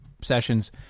sessions